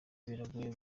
biragoye